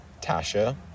Tasha